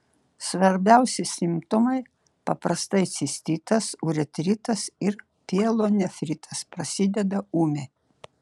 svarbiausi simptomai paprastai cistitas uretritas ir pielonefritas prasideda ūmiai